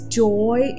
joy